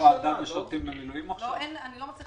אני מציע